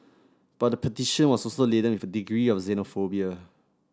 but the petition was also laden with a degree of xenophobia